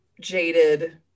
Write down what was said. jaded